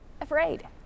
afraid